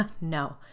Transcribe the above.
No